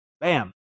Bam